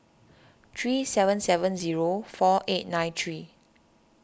three seven seven zero four eight nine three